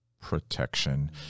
protection